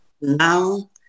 Now